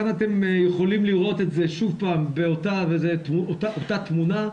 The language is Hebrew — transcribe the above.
אתם יכולים לראות את זה שוב פעם, אותה תמונה.